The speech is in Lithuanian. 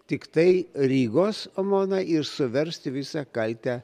tiktai rygos omoną ir suversti visą kaltę